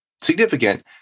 significant